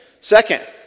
Second